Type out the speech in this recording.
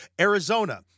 Arizona